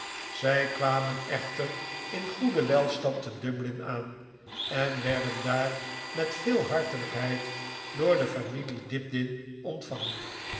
zij kwamen echter in goeden welstand te dublin aan en werden daar met veel hartelijkheid door de familie dibdin ontvangen